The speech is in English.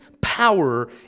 power